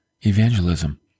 evangelism